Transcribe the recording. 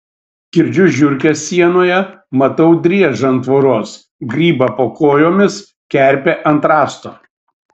girdžiu žiurkes sienoje matau driežą ant tvoros grybą po kojomis kerpę ant rąsto